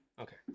Okay